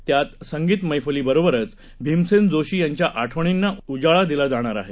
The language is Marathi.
त्यातसंगीतमैफलीबरोबरचभीमसेनजोशीयांच्याआठवणींनाउजाळादिलाजाणारआहे